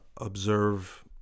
observe